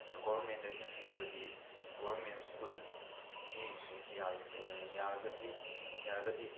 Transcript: ꯒꯣꯕꯔꯃꯦꯟꯗ ꯑꯩꯈꯣꯏꯅ ꯍꯥꯏꯅꯤꯡꯕꯗꯤ government school ꯄꯤꯔꯤꯕꯁꯤꯡꯁꯤ ꯌꯥꯔꯒꯗꯤ ꯌꯥꯔꯒꯗꯤ